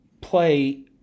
play